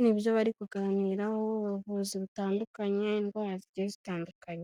nibyo bari kuganiraho ubuvuzi butandukanye indwara zigiye zitandukanye.